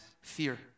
fear